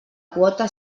quota